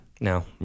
No